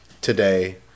today